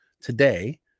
today